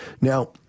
Now